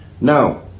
Now